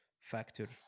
factor